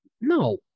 No